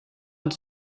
und